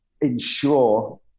ensure